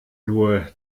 nur